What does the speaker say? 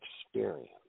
experience